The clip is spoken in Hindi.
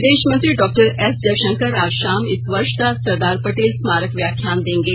विदेश मंत्री डॉक्टर एस जयशंकर आज शाम इस वर्ष का सरदार पटेल स्मारक व्याख्यान देंगे